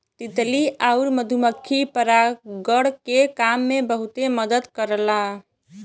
तितली आउर मधुमक्खी परागण के काम में बहुते मदद करला